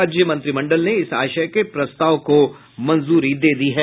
राज्य मंत्रिमंडल ने इस आशय के प्रस्ताव को मंजूरी दे दी है